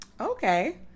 Okay